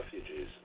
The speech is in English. refugees